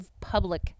public